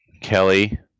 Kelly